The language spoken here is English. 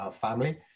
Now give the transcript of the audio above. family